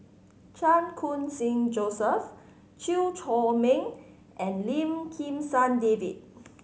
Chan Khun Sing Joseph Chew Chor Meng and Lim Kim San David